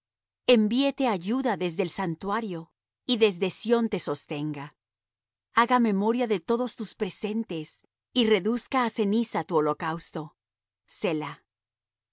envíete ayuda desde el santuario y desde sión te sostenga haga memoria de todos tus presentes y reduzca á ceniza tu holocausto